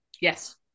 Yes